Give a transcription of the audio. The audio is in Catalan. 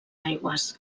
aigües